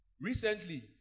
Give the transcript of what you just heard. Recently